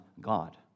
God